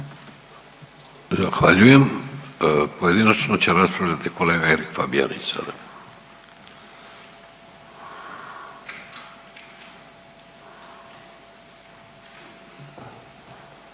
Zahvaljujem. Pojedinačno će raspravljati kolega Erik Fabijanić sada.